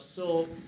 so